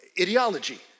ideology